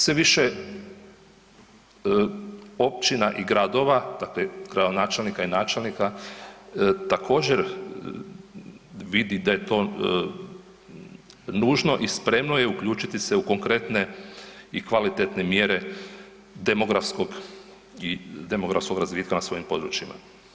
Sve više općina i gradova, dakle gradonačelnika i načelnika također vidi da je to nužno i spremno je uključiti se u konkretne i kvalitetne mjere demografskog razvitka na svojim područjima.